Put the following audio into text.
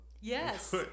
Yes